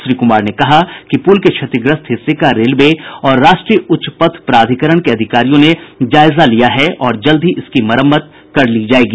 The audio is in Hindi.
श्री कुमार ने बताया कि पुल के क्षतिगस्त हिस्से का रेलवे और राष्ट्रीय उच्च पथ प्राधिकरण के अधिकारियों ने जायज़ा लिया है और जल्द ही इसकी मरम्मत कर ली जायेगी